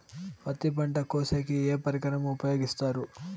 పత్తి పంట కోసేకి ఏ పరికరం ఉపయోగిస్తారు?